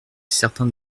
certains